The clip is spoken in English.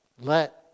let